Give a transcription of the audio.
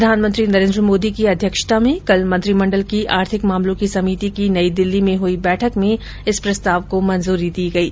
प्रधानमंत्री नरेन्द्र मोदी की अध्यक्षता में कल मंत्रिमंडल की आर्थिक मामलों की समिति की नई दिल्ली में हयी बैठक में इस प्रस्ताव को मंजूरी दी गयी